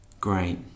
Great